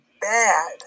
bad